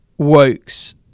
Wokes